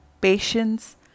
patience